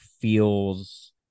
feels